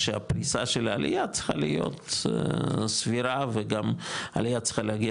שהפריסה של העלייה צריכה להיות סבירה וגם עלייה צריכה להגיע